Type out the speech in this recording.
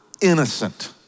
innocent